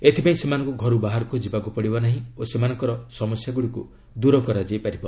ଏଥିପାଇଁ ସେମାନଙ୍କୁ ଘରୁ ବାହାରକୁ ଯିବାକୁ ପଡ଼ିବ ନାହିଁ ଓ ସେମାନଙ୍କର ସମସ୍ୟାଗୁଡ଼ିକୁ ଦୂର କରାଯାଇ ପାରିବ